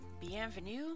Bienvenue